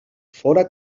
fóra